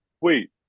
wait